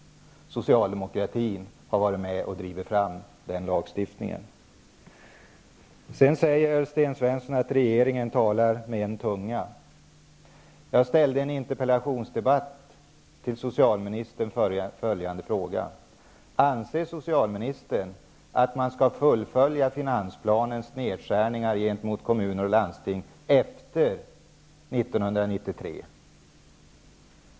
Socialdemokratin har varit med och drivit fram den lagstiftningen. Sten Svensson sade att regeringen talar med en tunga. Jag ställde i en interpellationsdebatt följande fråga till socialministern: Anser socialministern att man skall fullfölja finansplanens nedskärningar gentemot kommuner och landsting efter 1993?